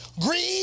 greed